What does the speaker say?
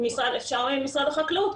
אפשר ממשרד החקלאות,